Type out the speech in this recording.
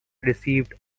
received